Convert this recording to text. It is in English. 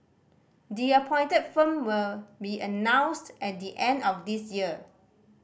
the appointed firm will be announced at the end of this year